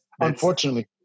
unfortunately